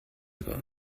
ago